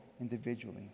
individually